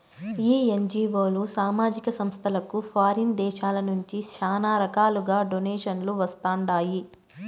ఈ ఎన్జీఓలు, సామాజిక సంస్థలకు ఫారిన్ దేశాల నుంచి శానా రకాలుగా డొనేషన్లు వస్తండాయి